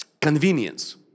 convenience